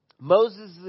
Moses